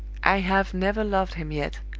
i have never loved him yet,